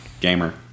gamer